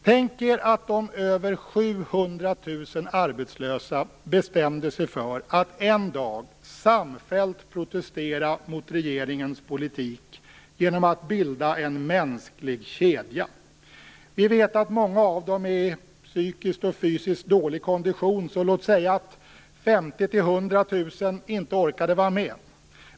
Tänk er att de över 700 000 arbetslösa bestämde sig för att en dag samfällt protestera mot regeringens politik genom att bilda en mänsklig kedja. Vi vet att många av dem är i psykiskt och fysiskt dålig kondition, så låt säga att 50 000-100 000 inte orkade vara med.